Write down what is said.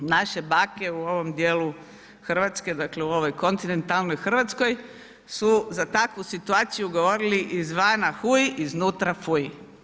Naše bake u ovom dijelu Hrvatske dakle u ovoj kontinentalnoj Hrvatskoj su za takvu situaciju govorili, izvana huj, iznutra fuj.